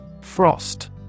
Frost